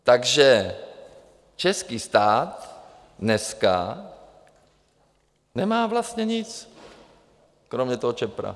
Takže český stát dneska nemá vlastně nic kromě ČEPRO.